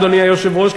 אדוני היושב-ראש,